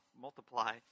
multiply